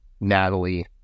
Natalie